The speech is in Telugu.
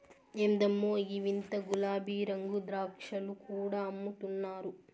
ఎందమ్మో ఈ వింత గులాబీరంగు ద్రాక్షలు కూడా అమ్ముతున్నారు